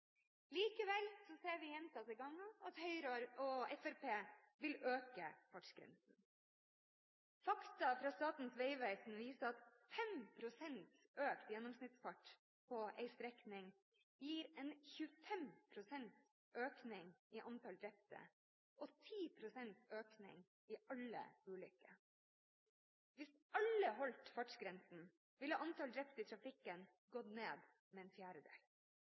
ser vi gjentatte ganger at Høyre og Fremskrittspartiet vil øke fartsgrensen. Fakta fra Statens vegvesen viser at 5 pst. økt gjennomsnittsfart på én strekning gir 25 pst. økning i antall drepte og 10 pst. økning i alle ulykker. Hvis alle holdt fartsgrensen, ville antall drepte i trafikken gått ned med en